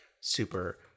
super